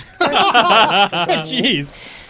Jeez